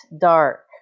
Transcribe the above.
dark